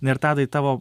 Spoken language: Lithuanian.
na ir tadai tavo